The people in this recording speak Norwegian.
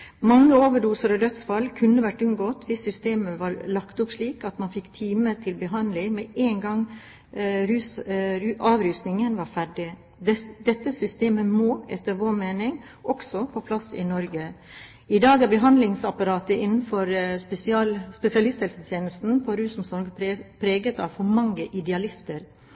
Mange overdoser og dødsfall kunne vært unngått hvis systemet var lagt opp slik at man fikk time til behandling med én gang avrusningen var ferdig. Dette systemet må, etter vår mening, også på plass i Norge. I dag er behandlingsapparatet innenfor spesialisthelsetjenesten på rusområdet preget av for mange idealister.